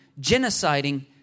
genociding